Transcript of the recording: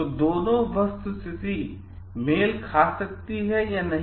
तो दोनों वस्तुस्थिति मेल खा सकती हैं या नहीं